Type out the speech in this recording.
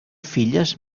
filles